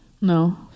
No